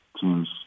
team's